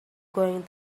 going